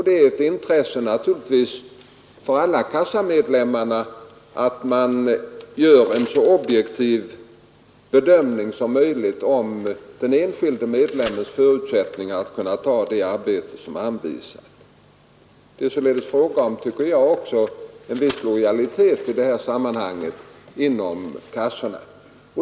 Det är naturligtvis ett intresse för alla kassamedlemmarna att man gör en så objektiv bedömning som möjligt av den enskilde medlemmens förutsättningar att ta det arbete som anvisas. Det är således också fråga om, tycker jag, en viss lojalitet inom kassorna.